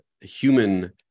human